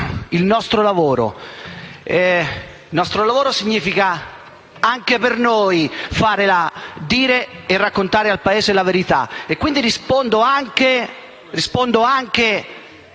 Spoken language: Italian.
il nostro lavoro significa, anche per noi, dire e raccontare al Paese la verità. Quindi rispondo anche